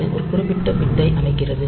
அது ஒரு குறிப்பிட்ட பிட் ஐ அமைக்கிறது